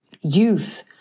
Youth